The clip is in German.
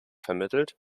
vermittelt